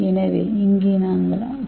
எனவே இங்கே நாங்கள் டி